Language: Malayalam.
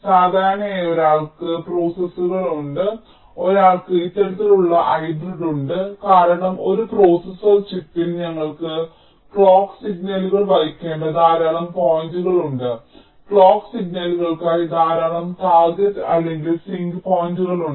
സാധാരണയായി ഞങ്ങൾക്ക് പ്രോസസ്സറുകൾ ഉണ്ട് ഞങ്ങൾക്ക് ഇത്തരത്തിലുള്ള ഹൈബ്രിഡ് ഉണ്ട് കാരണം ഒരു പ്രോസസർ ചിപ്പിൽ നിങ്ങൾക്ക് ക്ലോക്ക് സിഗ്നലുകൾ വഹിക്കേണ്ട ധാരാളം പോയിന്റുകൾ ഉണ്ട് ക്ലോക്ക് സിഗ്നലുകൾക്കായി ധാരാളം ടാർഗെറ്റ് അല്ലെങ്കിൽ സിങ്ക് പോയിന്റുകൾ ഉണ്ട്